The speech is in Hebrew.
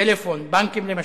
טלפון, בנקים, למשל,